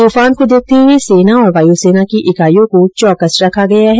तूफान को देखते हुए सेना और वायुसेना की इकाईयों को चौकस रखा गया है